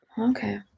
Okay